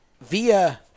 via